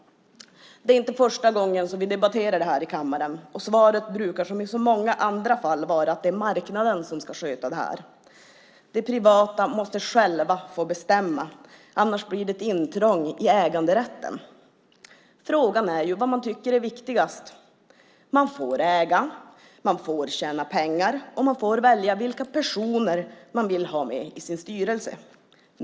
Det är inte första gången som vi debatterar det här i kammaren. Svaret brukar, som i så många andra fall, vara att det är marknaden som ska sköta det här. De privata intressena måste själva få bestämma, annars blir det ett intrång i äganderätten. Frågan är ju vad man tycker är viktigast. Man får äga, man får tjäna pengar och man får välja vilka personer man vill ha med i sin styrelse.